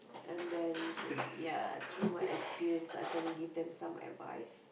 and then ya through my experience I can give them some advice